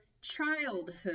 childhood